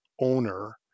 owner